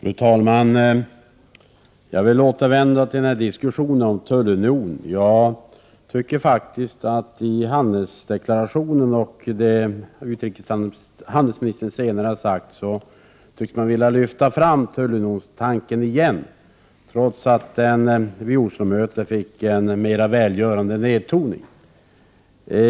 Fru talman! Jag vill återvända till diskussionen om tullunionen. Att döma av handelsdeklarationen och av det utrikeshandelsministern senare har sagt tycks man vilja lyfta fram tullunionstanken igen, trots att den vid Oslo-mötet fick en mer välgörande nedtoning.